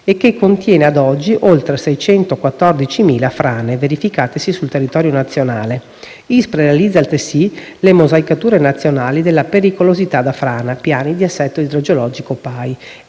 che contiene ad oggi oltre 614.000 frane, verificatesi sul territorio nazionale. L'ISPRA realizza, altresì, le mosaicature nazionali della pericolosità da frana - piani di assetto idrogeologico (PAI)